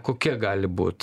kokia gali būt